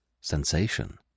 Sensation